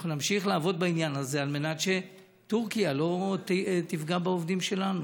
אנחנו נמשיך לעבוד בעניין הזה על מנת שטורקיה לא תפגע בעובדים שלנו.